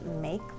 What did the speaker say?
make